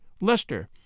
Lester